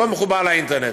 הוא לא מחובר לאינטרנט.